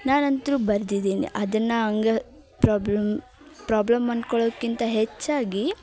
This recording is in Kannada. ನಾನಂತ್ರು ಬರ್ದಿದ್ದೀನಿ ಅದನ್ನು ಹಂಗ ಪ್ರಾಬ್ಲಮ್ ಪ್ರಾಬ್ಲಮ್ ಅನ್ಕೊಳೋಕ್ಕಿಂತ ಹೆಚ್ಚಾಗಿ